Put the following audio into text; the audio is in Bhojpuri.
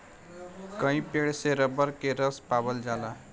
कई पेड़ से रबर के रस पावल जाला